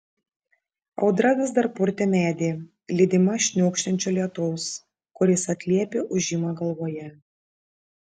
audra vis dar purtė medį lydima šniokščiančio lietaus kuris atliepė ūžimą galvoje